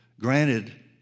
granted